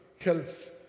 helps